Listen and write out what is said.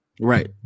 right